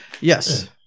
Yes